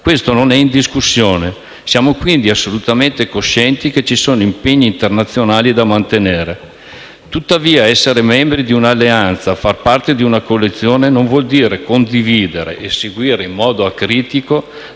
Questo non è in discussione. Siamo quindi assolutamente coscienti che ci sono impegni internazionali da mantenere. Tuttavia, essere membri di un'alleanza e far parte di una coalizione non vuole dire condividere e seguire in modo acritico